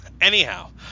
anyhow